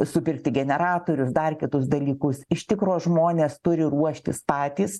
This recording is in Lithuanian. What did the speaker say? supirkti generatorius dar kitus dalykus iš tikro žmonės turi ruoštis patys